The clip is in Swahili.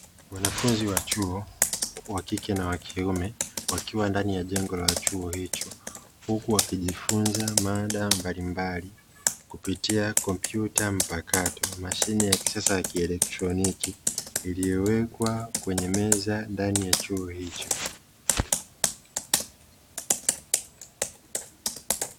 Wanafunzi wa chuo wakike na wakiume wakiwa ndani ya jengo la chuo hicho, huku wakijifunza mada mbalimbali kupitia kompyuta ya mpakato, mashine ya kisasa ya kielektroniki iliyowekwa kwenye meza ndani ya chuo hiki.